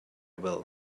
will